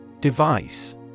Device